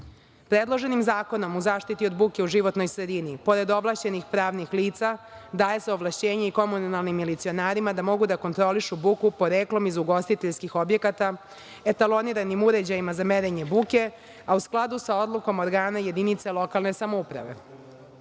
sredinu. Predloženim zakonom o zaštiti od buke u životnoj sredini, pored ovlašćenih pravnih lica, daje se ovlašćenje i komunalnim milicionarima da mogu da kontrolišu buku poreklom iz ugostiteljskih objekata, etaloniranim uređajima za merenje buke, a u skladu sa odlukom organa jedinica lokalne samouprave. Takođe